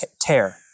tear